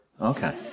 Okay